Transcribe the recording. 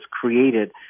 created